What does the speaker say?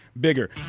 bigger